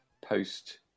post